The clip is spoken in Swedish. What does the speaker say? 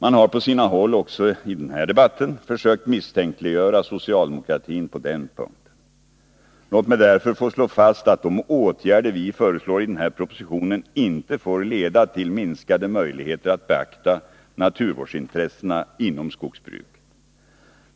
Man har på sina håll — också i den här debatten — försökt misstänkliggöra socialdemokratin på den punkten. Låt mig därför få slå fast att de åtgärder vi föreslår i denna proposition inte får leda till minskade möjligheter att beakta naturvårdsintressena inom skogsbruket.